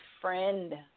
friend